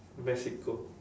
mexico